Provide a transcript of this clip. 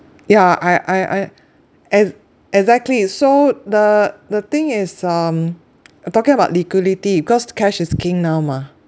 yeah I I I ex~ exactly so the the thing is um I'm talking about liquidity because cash is king now mah